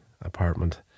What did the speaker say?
apartment